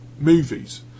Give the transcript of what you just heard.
movies